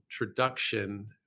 introduction